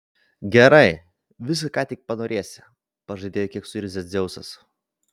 gerai viską ką tik panorėsi pažadėjo kiek suirzęs dzeusas